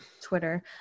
twitter